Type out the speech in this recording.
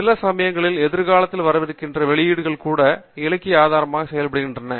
சில சமயங்களில் எதிர்காலத்தில் வரவிருக்கின்ற வெளியீடுகள் கூட இலக்கிய ஆதாரமாக செயல்படுகின்றன